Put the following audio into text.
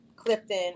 Clifton